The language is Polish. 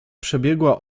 przebiegła